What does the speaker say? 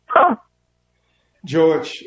George